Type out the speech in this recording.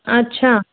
अच्छा